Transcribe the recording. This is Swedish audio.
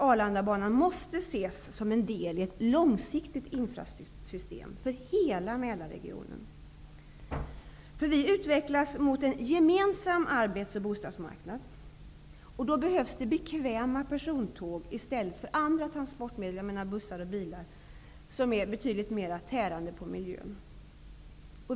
Arlandabanan måste ses som en del i ett långsiktigt infrastruktursystem för hela Mälarregionen. Det sker en utveckling mot en gemensam arbets och bostadsmarknad. Då behövs det bekväma persontåg i stället för andra transportmedel, jag menar bussar och bilar, som är betydligt mer tärande på miljön.